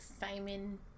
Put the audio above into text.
Simon